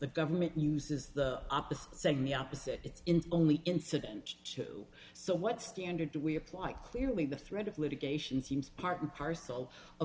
the government uses the opposite saying the opposite it's only incident two so what standard do we apply clearly the threat of litigation seems part and parcel of